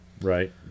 right